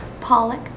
pollock